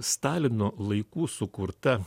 stalino laikų sukurta